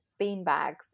beanbags